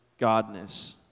godness